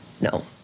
no